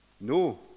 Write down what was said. No